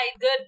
good